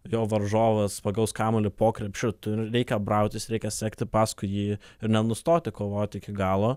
jo varžovas pagaus kamuolį po krepšiu tai reikia brautis reikia sekti paskui jį ir nenustoti kovoti iki galo